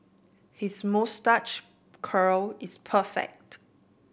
his moustache curl is perfect